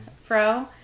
fro